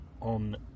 on